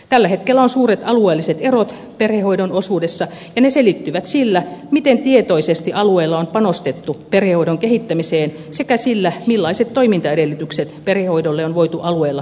tällä hetkellä on suuret alueelliset erot perhehoidon osuudessa ja ne selittyvät sillä miten tietoisesti alueella on panostettu perhehoidon kehittämiseen sekä sillä millaiset toimintaedellytykset perhehoidolle on voitu alueella turvata